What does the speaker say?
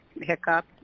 hiccup